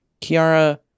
Kiara